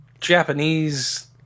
Japanese